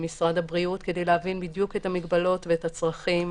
משרד הבריאות כדי להבין בדיוק את המגבלות ואת הצרכים.